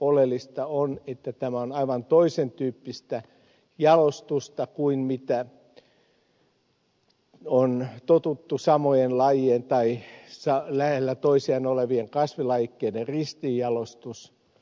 oleellista on että tämä on aivan toisen tyyppistä jalostusta kuin totuttu samojen lajien tai lähellä toisiaan olevien kasvilajikkeiden ristiinjalostus